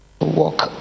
Walk